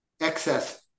excess